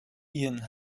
ian